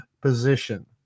position